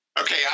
okay